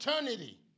eternity